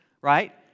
right